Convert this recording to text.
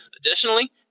Additionally